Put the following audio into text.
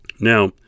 now